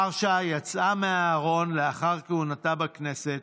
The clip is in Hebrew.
מרשה יצאה מהארון לאחר כהונתה בכנסת,